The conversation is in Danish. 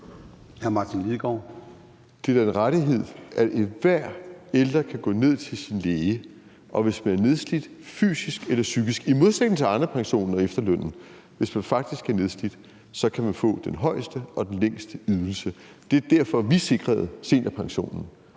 Det er da en rettighed, at enhver ældre kan gå ned til sin læge, og hvis vedkommende faktisk er nedslidt fysisk eller psykisk – i modsætning til med Arnepensionen og efterlønnen – kan få den højeste og den længste ydelse. Det er derfor, vi sikrede seniorpension